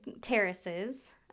terraces